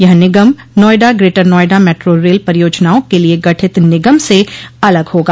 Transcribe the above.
यह निगम Noida Greater Noida metro rail परियोजनाओं के लिये गठित निगम से अलग होगा